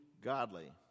godly